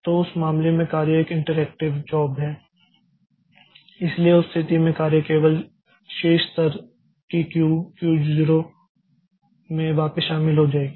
तो उस मामले में कार्य एक इंटरैक्टिव जॉब है इसलिए उस स्थिति में कार्य केवल शीर्ष स्तर की क्यू Q0 में वापस शामिल हो जाएगी